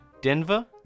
Denver